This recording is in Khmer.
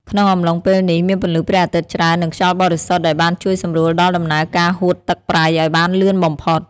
ក្នុងអំឡុងពេលនេះ មានពន្លឺព្រះអាទិត្យច្រើននិងខ្យល់បរិសុទ្ធដែលបានជួយសម្រួលដល់ដំណើរការហួតទឹកប្រៃឲ្យបានលឿនបំផុត។